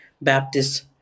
Baptist